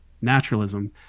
naturalism